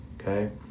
okay